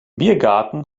biergarten